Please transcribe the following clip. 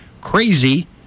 crazy